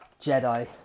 Jedi